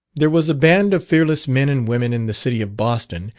there was a band of fearless men and women in the city of boston,